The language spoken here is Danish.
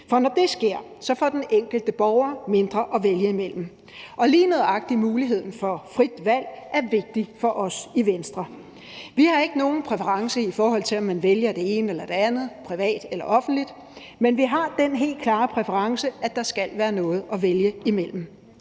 for når det sker, så får den enkelte borger mindre at vælge imellem, og lige nøjagtig muligheden for frit valg er vigtig for os i Venstre. Vi har ikke nogen præference, i forhold til om man vælger det ene eller det andet, privat eller offentligt, men vi har den helt klare præference, at der skal være noget at vælge imellem